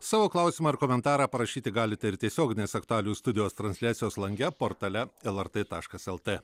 savo klausimą ar komentarą parašyti galite ir tiesioginės aktualijų studijos transliacijos lange portale lrt taškas lt